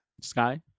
Sky